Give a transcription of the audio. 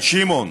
את שמעון.